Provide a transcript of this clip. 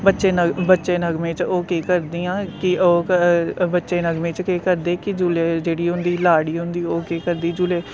बच्चे नगमे च ओह् केह् करदियां कि ओह् बच्चे नगमे च केह् करदे कि जुल्ले जेह्ड़ी होंदी लाड़ी होंदी ओह् केह् करदी जुल्ले